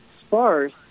sparse